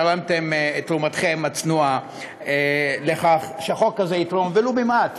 אתם תרמתם את תרומתכם הצנועה לכך שהחוק הזה יתרום ולו במעט